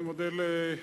אני מודה ליושב-ראש,